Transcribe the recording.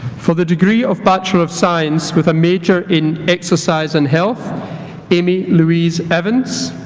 for the degree of bachelor of science with a major in exercise and health amy louise evans